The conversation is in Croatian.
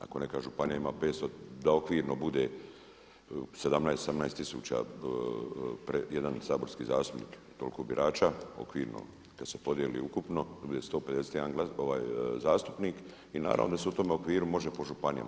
Ako neka županija ima 500 da okvirno bude 17, 18 tisuća jedan saborski zastupnik toliko birača okvirno kada se podijeli ukupno dobije 151 zastupnik i naravno da se u tom okviru može po županijama.